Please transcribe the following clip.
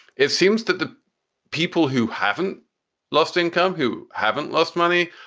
it seems that the people who haven't lost income, who haven't lost money.